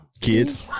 Kids